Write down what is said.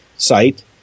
site